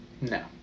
No